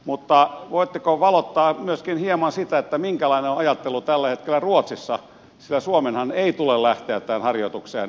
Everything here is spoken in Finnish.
mutta voitteko valottaa hieman myöskin sitä minkälainen on ajattelu tällä hetkellä ruotsissa sillä suomenhan ei tule lähteä tähän harjoitukseen ilman ruotsia